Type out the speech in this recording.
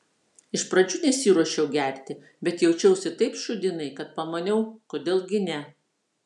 iš pradžių nesiruošiau gerti bet jaučiausi taip šūdinai kad pamaniau kodėl gi ne